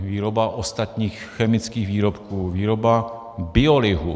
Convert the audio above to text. Výroba ostatních chemických výrobků, výroba biolihu.